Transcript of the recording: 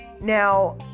Now